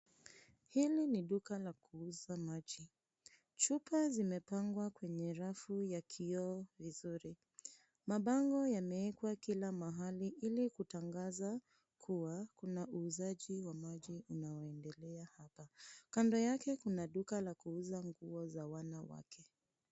Hili ni duka la kuuza maji. Chupa zimepangwa kwenye rafu ya kioo vizuri. Mabango yamewekwa kila mahali, ili kutangaza kuwa kuna uuzaji wa maji unaoendelea hapa. Kando yake kuna duka la kuuza nguo za wanawake.